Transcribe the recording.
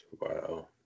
Wow